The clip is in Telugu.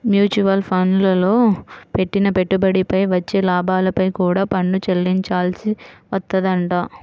మ్యూచువల్ ఫండ్లల్లో పెట్టిన పెట్టుబడిపై వచ్చే లాభాలపై కూడా పన్ను చెల్లించాల్సి వత్తదంట